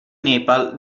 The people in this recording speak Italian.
nepal